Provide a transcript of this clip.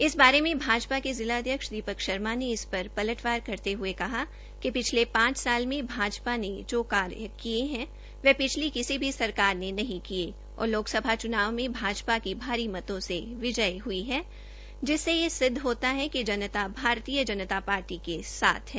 इस बारे में भाजपा के जिला अध्यक्ष दीपक शर्मा ने इस पर पलट वार करते हए कहा कि पिछले पांच साल में भाजपा ने जो काम किए हैं वह पिछली किसी भी सरकार ने नहीं किए और लोकसभा चुनावों में भाजपा की भारी मतों से विजय हुई है जिससे यह सिद्ध होता है कि जनता भारतीय जनता पार्टी के साथ है